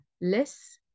less